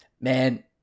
man